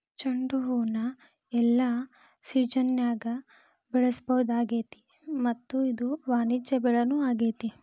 ಚಂಡುಹೂನ ಎಲ್ಲಾ ಸಿಜನ್ಯಾಗು ಬೆಳಿಸಬಹುದಾಗೇತಿ ಮತ್ತ ಇದು ವಾಣಿಜ್ಯ ಬೆಳಿನೂ ಆಗೇತಿ